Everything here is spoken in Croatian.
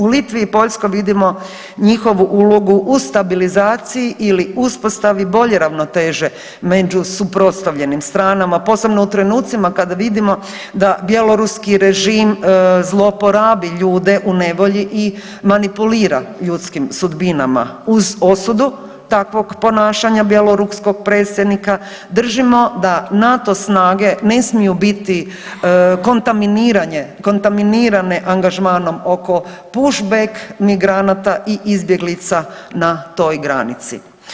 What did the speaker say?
U Litvi i Poljskoj vidimo njihovu ulogu u stabilizaciji ili uspostavi bolje ravnoteže među suprotstavljenim stranama, posebno u trenucima kada vidimo da bjeloruski režim zloporabi ljude u nevolji i manipulira ljudskim sudbinama uz osudu takvog ponašanja bjeloruskog predsjednika držimo da NATO snage ne smiju biti kontaminirane angažmanom oko pushback migranata i izbjeglica na toj granici.